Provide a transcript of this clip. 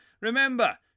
Remember